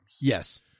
Yes